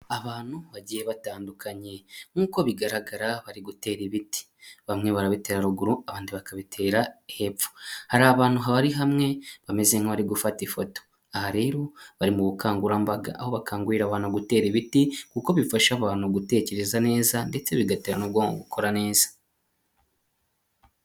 Abantu bagiye batandukanye nkuko bigaragara bari gutera ibiti. Bamwe barabitera ruguru abandi bakabitera hepfo, hari abantu habari hamwe bameze nka bari gufata ifoto. Aha rero bari mu bukangurambaga aho bakangurira abantu gutera ibiti kuko bifasha abantu gutekereza neza ndetse bigatera n'ubwonko gukora neza.